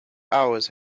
hours